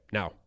now